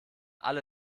alle